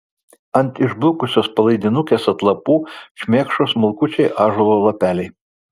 ant jos išblukusios palaidinukės atlapų šmėkšo smulkučiai ąžuolo lapeliai